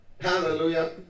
Hallelujah